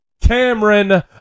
Cameron